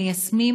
מיישמים,